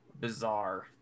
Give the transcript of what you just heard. bizarre